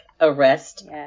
arrest